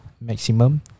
maximum